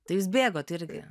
tai jūs bėgot irgi